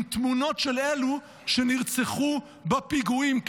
עם תמונות של אלו שנרצחו בפיגועים.